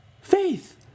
Faith